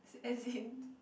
as in